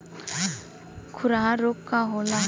खुरहा रोग का होला?